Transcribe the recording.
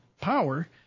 power